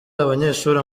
abanyeshuri